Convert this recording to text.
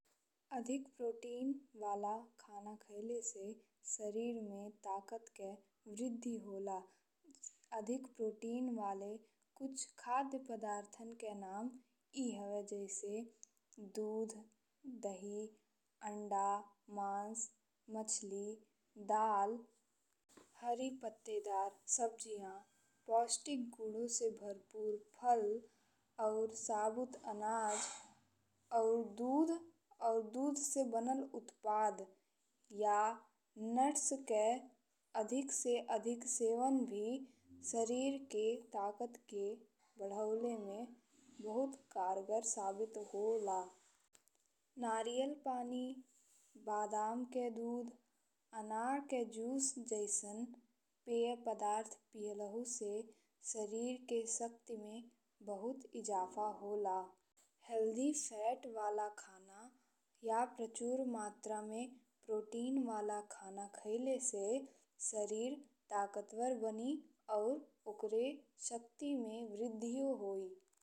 अधिक प्रोटीन वाला खाना खइले से शरीर में ताकत के वृद्धि होला। अधिक प्रोटीन वाले कुछ खाद्य पदार्थन के नाम ए हवे जैसे दूध, दही, अंडा, मांस, मछली, दाल, हरी पत्तेदार सब्जिया, पौष्टिक गुद से भरपूर फल अउर साबुत अनाज अउर दूध अउर दूध से बनल उत्पाद या नट्स के अधिक से अधिक सेवन भी शरीर के ताकत के बढ़ाउले में बहुत कारगर साबित होला। नारियल पानी, बादाम के दूध, अनार के जूस जइसन पेय पदार्थ पियालहु से शरीर के शक्ति में बहुत इजाफा होला। हेल्दी फैट वाला खाना या प्रचुर मात्रा में प्रोटीन वाला खाना खइले से शरीर ताकतवार बनी अउर ओकर शक्ति में वृद्धि होई।